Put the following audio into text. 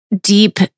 deep